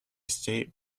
state